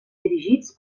dirigits